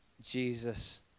Jesus